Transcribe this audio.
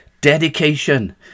dedication